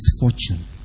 misfortune